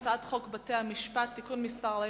ביטוח בריאות ממלכתי (תיקון מס' 44),